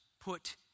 Put